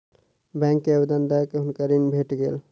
bank के आवेदन दअ के हुनका ऋण भेट गेल